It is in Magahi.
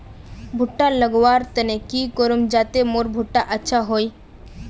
भुट्टा लगवार तने की करूम जाते मोर भुट्टा अच्छा हाई?